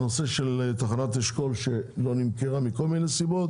הנושא של תחנת אשכול שלא נמכרה מכל מיני סיבות